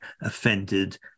offended